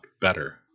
better